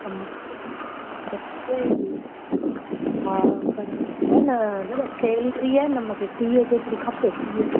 त मूंखे मूंखे हा पर मूंखे आहे न दादा सेलरी आहे न मूंखे टीह जेतिरी खपे टीह